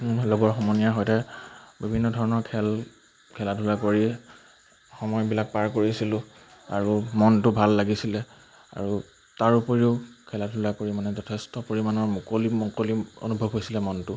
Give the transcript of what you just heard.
লগৰ সমনীয়াৰ সৈতে বিভিন্ন ধৰণৰ খেল খেলা ধূলা পৰি সময়বিলাক পাৰ কৰিছিলোঁ আৰু মনটো ভাল লাগিছিলে আৰু তাৰ উপৰিও খেলা ধূলা কৰি মানে যথেষ্ট পৰিমাণৰ মুকলি মুকলি অনুভৱ হৈছিলে মনটো